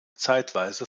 zeitweise